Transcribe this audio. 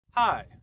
Hi